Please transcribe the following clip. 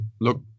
Look